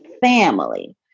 family